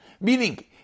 meaning